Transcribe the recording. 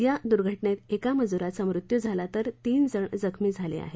या दूर्घटनेत एका मजुराचा मृत्यू झाला तर तीन जण जखमी झाले आहेत